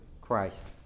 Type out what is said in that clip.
Christ